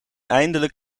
eindelijk